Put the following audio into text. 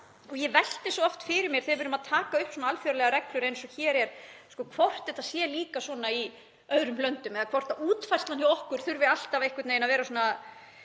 Ég velti því oft fyrir mér, þegar við erum að taka upp svona alþjóðlegar reglur eins og hér er, hvort þetta sé líka svona í öðrum löndum eða hvort útfærslan hjá okkur þurfi alltaf að vera svona